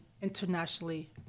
internationally